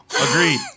Agreed